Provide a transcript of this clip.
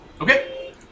Okay